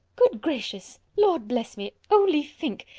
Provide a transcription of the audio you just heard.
good gracious! lord bless me! only think!